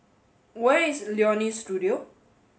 where is Leonie Studio